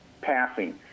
passing